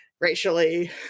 racially